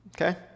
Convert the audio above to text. okay